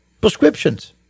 prescriptions